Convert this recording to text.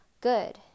good